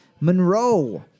Monroe